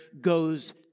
goes